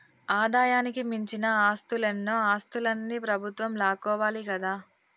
ఆదాయానికి మించిన ఆస్తులన్నో ఆస్తులన్ని ప్రభుత్వం లాక్కోవాలి కదా